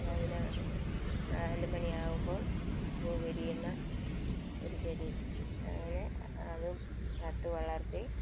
അതിന് നാല് മണിയാകുമ്പോൾ പൂവ് വിരിയുന്ന ഒരു ചെടി അങ്ങനെ അതും നട്ടു വളർത്തി